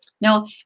Now